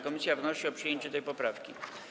Komisja wnosi o przyjęcie tej poprawki.